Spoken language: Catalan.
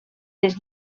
les